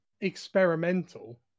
experimental